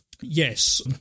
Yes